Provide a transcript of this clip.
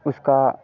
उसका